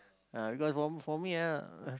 ah because for for me ah